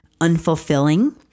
unfulfilling